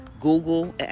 Google